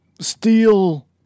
Steel